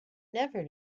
never